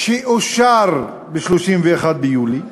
שאושר ב-31 ביולי,